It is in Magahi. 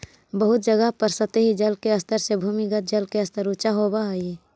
बहुत जगह पर सतही जल के स्तर से भूमिगत जल के स्तर ऊँचा होवऽ हई